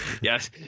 yes